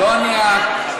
לא אני המסדר.